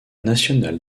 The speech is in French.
national